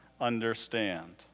understand